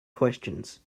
questions